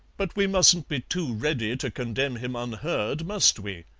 but we mustn't be too ready to condemn him unheard, must we?